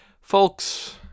Folks